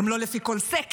גם לא לפי כל סקר,